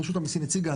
רשות המסים הציגה,